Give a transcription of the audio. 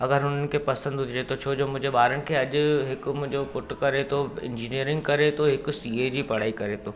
अगरि हुननि खे पसंदि हुजे त छोजो मुंहिंजे ॿारनि खे अॼु हिकु मुंहिंजो पुटु करे थो इंजीनियरिंग करे थो हिकु सीए जी पढ़ाई करे थो